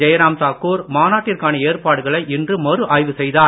ஜெய்ராம் தாக்கூர் மாநாட்டிற்கான ஏற்பாடுகளை இன்று மறு ஆய்வு செய்தார்